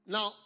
Now